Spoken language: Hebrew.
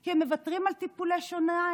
כי הם מוותרים על טיפולי שיניים,